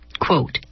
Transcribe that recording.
quote